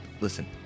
listen